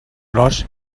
gros